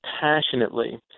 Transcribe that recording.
passionately